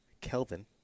Kelvin